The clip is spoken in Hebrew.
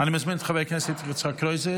אני מזמין את חבר הכנסת יצחק קרויזר.